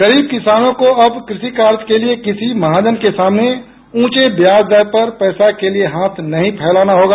गरीब किसानों को कृषि कार्य के लिये किसी महाजन के सामने ऊंचे ब्याज दर पर पैसा के लिये हाथ नहीं फैलाना होगा